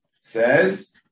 says